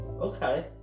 Okay